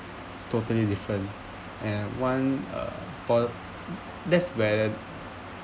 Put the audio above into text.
is totally different and one uh po~ that's where